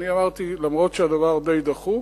ואני אמרתי: אף שהדבר די דחוף,